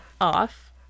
off